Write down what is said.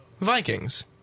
Vikings